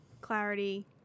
clarity